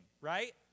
right